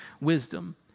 wisdom